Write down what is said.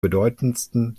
bedeutendsten